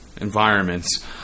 environments